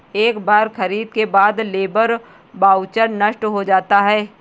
एक बार खरीद के बाद लेबर वाउचर नष्ट हो जाता है